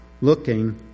looking